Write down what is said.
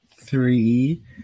three